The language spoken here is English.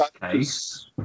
case